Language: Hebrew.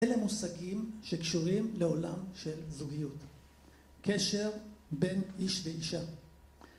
אלה מושגים שקשורים לעולם של זוגיות. קשר בין איש לאישה.